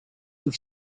have